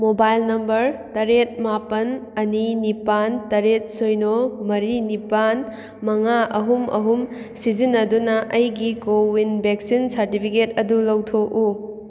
mobile number ꯇꯔꯦꯠ ꯃꯥꯄꯜ ꯑꯅꯤ ꯅꯤꯄꯥꯜ ꯇꯔꯦꯠ ꯁꯤꯅꯣ ꯃꯔꯤ ꯅꯤꯄꯥꯜ ꯃꯉꯥ ꯑꯍꯨꯝ ꯑꯍꯨꯝ ꯁꯤꯖꯤꯟꯅꯗꯨꯅ ꯑꯩꯒꯤ ꯀꯣꯋꯤꯟ ꯕꯦꯛꯁꯤꯟ ꯁꯥꯔꯗꯤꯐꯤꯀꯦꯠ ꯑꯗꯨ ꯂꯧꯊꯣꯛꯎ